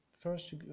first